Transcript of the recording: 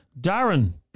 Darren